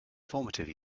formative